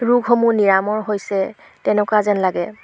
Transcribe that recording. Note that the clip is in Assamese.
ৰোগসমূহ নিৰাময় হৈছে তেনেকুৱা যেন লাগে